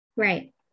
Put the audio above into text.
Right